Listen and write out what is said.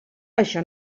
això